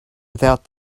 without